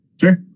Sure